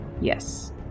Yes